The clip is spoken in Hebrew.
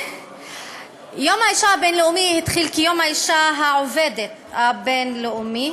יום האישה הבין-לאומי התחיל כיום האישה העובדת הבין-לאומי,